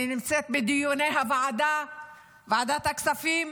אני נמצאת בכל הדיונים בוועדת הכספים,